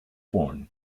born